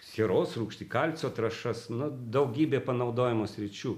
sieros rūgštį kalcio trąšas nu daugybė panaudojimo sričių